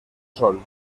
sol